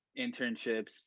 internships